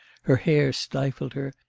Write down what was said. her hair stifled her,